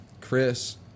Chris